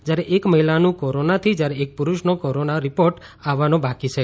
જેમાં એક મહિલાનું કોરોનાથી જ્યારે એક પુરૂષનો કોરોના રિપોર્ટ આવાનો બાકી છે